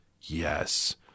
Yes